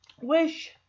wish